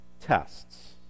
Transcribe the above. tests